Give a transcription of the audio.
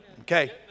Okay